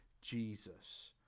Jesus